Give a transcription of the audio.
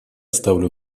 ставлю